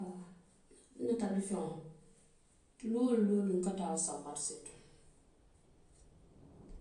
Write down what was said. Luŋ woo luŋ noŋ i ka taa, luŋ woo luŋ marisee to, luŋ woo luŋ noŋ i ka taa ndukoo la marisee to.